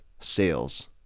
Sales